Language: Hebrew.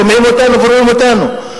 שומעים אותנו ורואים אותנו.